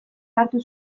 hartu